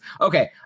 Okay